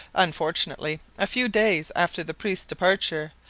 unfortunately, a few days after the priest's departure,